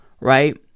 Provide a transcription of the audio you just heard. right